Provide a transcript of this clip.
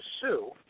sue